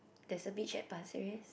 there's a beach at Pasir Ris